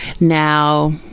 Now